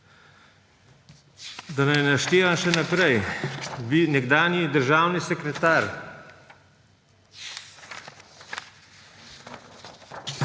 da ne naštevam še naprej, nekdanji državni sekretar,